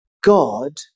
God